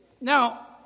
Now